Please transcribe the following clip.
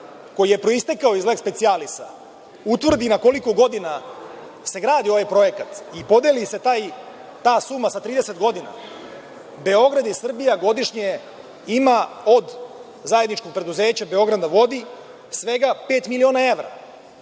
koji je proistekao iz leks specijalisa utvrdi na koliko godina se gradi ovaj projekat i podeli se ta suma sa 30 godina, Beograd i Srbija godišnje ima od zajedničkog preduzeća „Beograd na vodi“ svega pet miliona evra.